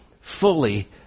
fully